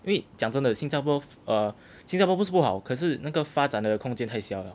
因为讲真的新加坡 err 新加坡不是不好可是那个发展的空间太小了